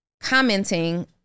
commenting